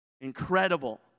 Incredible